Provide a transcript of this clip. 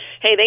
hey